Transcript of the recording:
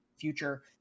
future